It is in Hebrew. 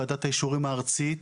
ועדת האישורים הארצית.